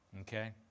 Okay